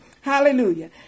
Hallelujah